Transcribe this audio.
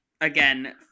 Again